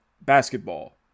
basketball